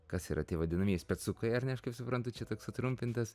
kas yra tie vadinamieji specukai ar ne aš kaip suprantu čia toks sutrumpintas